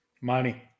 Money